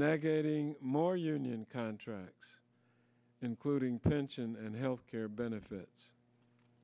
thing more union contracts including pension and health care benefits